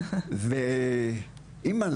אמא,